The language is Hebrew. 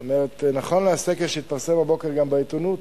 זאת אומרת, נכון לסקר, שהתפרסם הבוקר גם בעיתונות,